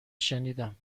شنیدم